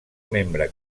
membre